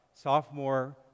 sophomore